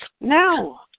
No